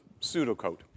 pseudocode